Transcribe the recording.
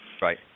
Right